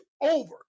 over